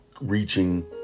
reaching